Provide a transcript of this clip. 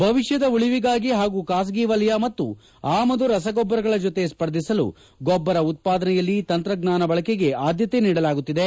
ಭವಿಷ್ಣದ ಉಳಿವಿಗಾಗಿ ಹಾಗೂ ಖಾಸಗಿ ವಲಯ ಮತ್ತು ಆಮದು ರಸಗೊಬ್ಬರಗಳ ಜೊತೆ ಸ್ಪರ್ಧಿಸಲು ಗೊಬ್ಬರ ಉತ್ಪಾದನೆಯಲ್ಲಿ ತಂತ್ರಜ್ವಾನ ಬಳಕೆಗೆ ಆದ್ದತೆ ನೀಡಲಾಗುತ್ತಿದೆ